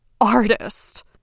artist